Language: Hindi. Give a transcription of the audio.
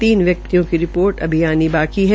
तीन व्यक्तियों की रिपोर्ट आनी अभी बाकी है